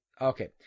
Okay